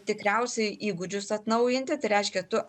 tikriausiai įgūdžius atnaujinti tai reiškia tu